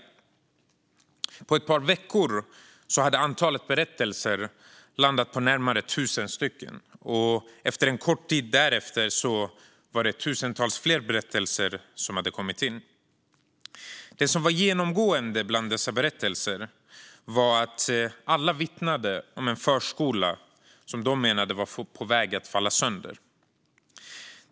På bara ett par veckor hade antalet berättelser landat på närmare 1 000. En kort tid därefter hade tusentals fler kommit till. Genomgående vittnade de om en förskola som var på väg att falla sönder.